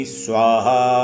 swaha